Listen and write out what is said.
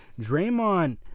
Draymond